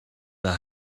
the